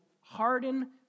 harden